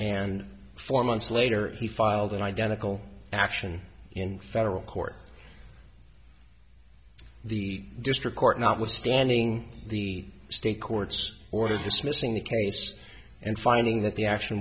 and for months later he filed an identical action in federal court the district court notwithstanding the state courts order dismissing the case and finding that the act